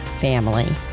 family